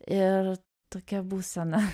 ir tokia būsena